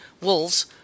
wolves